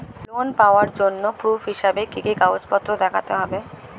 Loan পাওয়ার জন্য proof হিসেবে কি কি কাগজপত্র দেখাতে হবে?